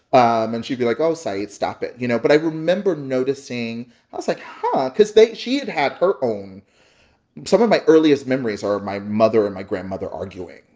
um and she'd be like, oh, saeed, stop it. you know? but i remember noticing i was like, huh. because they she had had her own some of my earliest memories are of my mother and my grandmother arguing.